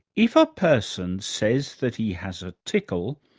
if a person says that he has a tickle,